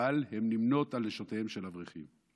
אבל הן נמנות עם נשותיהם של אברכים.